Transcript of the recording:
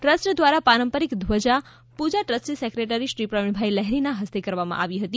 trust દ્વારા પારંપરિક ધ્વજા પૂજા ટ્રસ્ટી સેક્રેટરી શ્રી પ્રવીણભાઈ લહેરીના હસ્તે કરવામાં આવેલ હતી